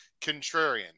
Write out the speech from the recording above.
contrarian